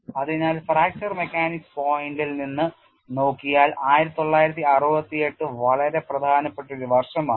അതിനാൽ fracture mechanics പോയിന്റിൽ നിന്ന് നോക്കിയാൽ 1968 വളരെ പ്രധാനപ്പെട്ട ഒരു വർഷമാണ്